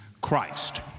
Christ